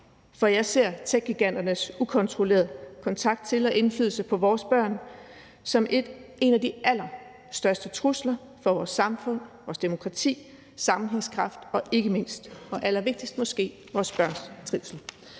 for jeg ser techgiganternes ukontrollerede kontakt til og indflydelse på vores børn som en af de allerstørste trusler for vores samfund, vores demokrati, vores sammenhængskraft og ikke mindst – og måske allervigtigst – vores børns trivsel.